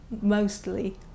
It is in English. mostly